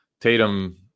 tatum